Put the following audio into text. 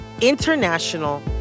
international